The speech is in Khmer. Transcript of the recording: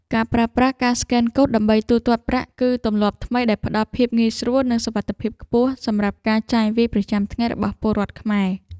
ការប្រើប្រាស់ការស្កេនកូដដើម្បីទូទាត់ប្រាក់ គឺទម្លាប់ថ្មីដែលផ្ដល់ភាពងាយស្រួល និងសុវត្ថិភាពខ្ពស់សម្រាប់ការចាយវាយប្រចាំថ្ងៃរបស់ពលរដ្ឋខ្មែរ។